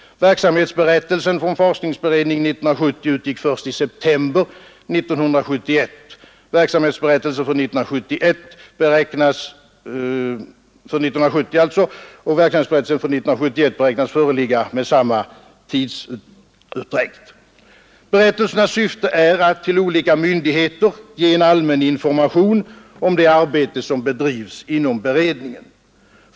Verksamhetsberättelsen för forskningsberedningen under 1970 utgick först i september 1971, och verksamhetsberättelsen för 1971 beräknas föreligga med samma tidsutdräkt. Berättelsernas syfte är att ge olika myndigheter en allmän information om det arbete som bedrives inom beredningen.